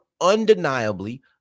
undeniably